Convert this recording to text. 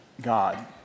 God